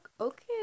Okay